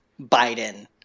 Biden